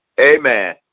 Amen